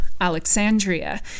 Alexandria